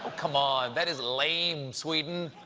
come on! that is lame, sweden.